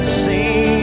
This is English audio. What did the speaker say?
see